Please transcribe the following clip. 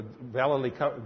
validly